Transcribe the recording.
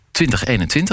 2021